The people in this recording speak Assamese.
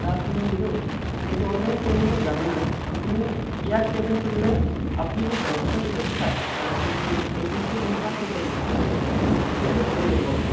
তাক ইমান দিলোঁ কিন্তু অনলাইন পেমেণ্টৰ জামানাত আপুনি এয়া পেমেণ্ট কৰিলে আপুনি যদি দছ বছৰ পিছতো চায় চাৰ্ছ কৰি এই দিনটোত কাক পইচা দিছিলোঁ সেইটোও বিচাৰি পাব আপুনি